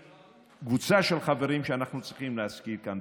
קבוצה של חברים שאנחנו צריכים להזכיר כאן,